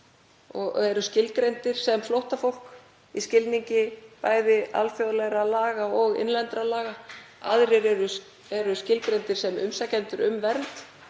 og eru skilgreindir sem flóttafólk í skilningi bæði alþjóðlegra laga og innlendra laga. Aðrir eru skilgreindir sem umsækjendur um vernd,